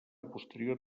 posterior